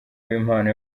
w’impano